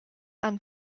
han